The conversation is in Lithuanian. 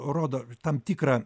rodo tam tikrą